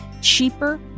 Cheaper